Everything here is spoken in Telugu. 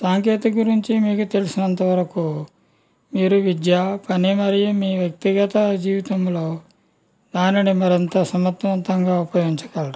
సాంకేతికత గురించి మీకు తెలిసినంత వరకు మీరు విద్య పని మరియు మీ వ్యక్తిగత జీవితంలో నాణ్యత మరింత సమర్దవంతంగా ఉపయోగించగలరు